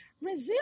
Resilience